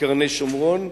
קרני-שומרון,